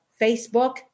Facebook